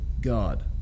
God